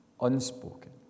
Unspoken